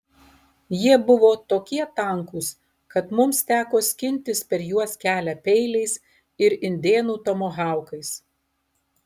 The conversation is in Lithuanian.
jie buvo tokie tankūs kad mums teko skintis per juos kelią peiliais ir indėnų tomahaukais